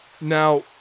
Now